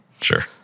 Sure